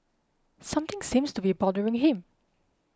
something seems to be bothering him